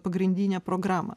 pagrindinę programą